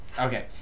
Okay